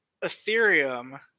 Ethereum